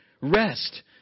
Rest